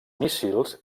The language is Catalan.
míssils